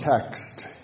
text